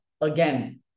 again